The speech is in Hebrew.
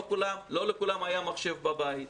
לא לכולם היה מחשב בבית.